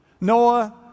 Noah